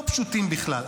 לא פשוטים בכלל.